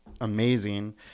amazing